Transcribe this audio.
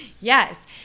Yes